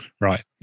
Right